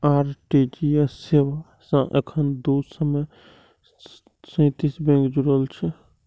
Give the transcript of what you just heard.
RTGS सेवा सं एखन दू सय सैंतीस बैंक जुड़ल छै